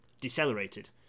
decelerated